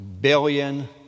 billion